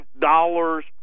dollars